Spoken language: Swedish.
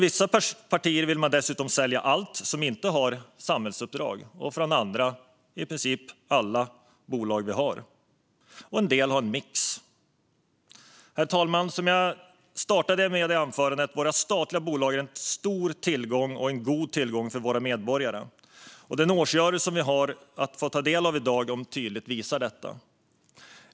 Vissa partier vill sälja allt som inte har samhällsuppdrag, andra vill sälja i princip allt och andra har en mix. Herr talman! Som jag inledde med att säga är våra statliga bolag en god tillgång för alla medborgare. Den årsredogörelse som vi kan ta del av i dag visar tydligt detta.